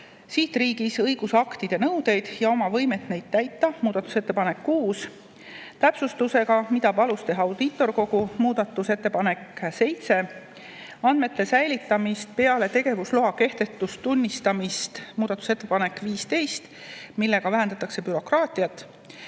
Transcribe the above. sihtriigis õigusaktide nõudeid ja oma võimet neid täita, muudatusettepanek nr 6, täpsustusega, mida palus teha Audiitorkogu, muudatusettepanek nr 7, andmete säilitamine peale tegevusloa kehtetuks tunnistamist, muudatusettepanek nr 15, millega vähendatakse bürokraatiat,